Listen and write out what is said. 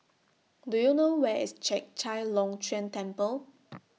Do YOU know Where IS Chek Chai Long Chuen Temple